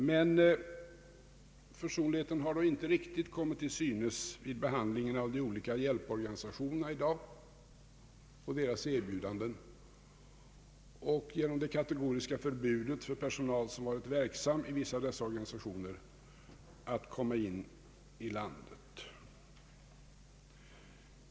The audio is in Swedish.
Men försonligheten har då inte riktigt kommit till synes i dag vid behandlingen av de olika hjälporganisationernas erbjudanden och genom det kategoriska förbudet för personal som varit tveksam i vissa av dessa organisationer att komma in i landet.